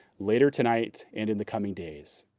later tonight and in the coming days.